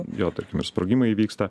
jo tarkim ir sprogimai vyksta